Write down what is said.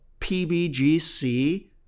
pbgc